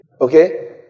Okay